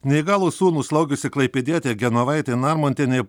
neįgalų sūnų slaugiusi klaipėdietė genovaitė narmontienė